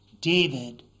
David